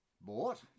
bought